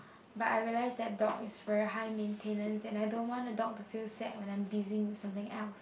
but I realised that dog is very high maintenance and I don't want the dog to feel sad when I am busying with something else